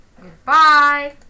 Goodbye